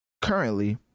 currently